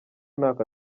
ntako